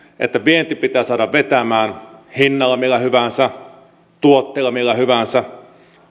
että vienti pitää saada vetämään hinnalla millä hyvänsä tuotteella millä hyvänsä